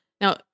Now